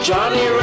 Johnny